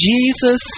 Jesus